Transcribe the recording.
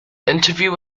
interview